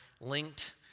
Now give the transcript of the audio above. linked